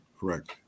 correct